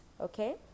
okay